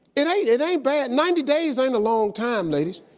it ain't it ain't bad. ninety days ain't a long time, ladies.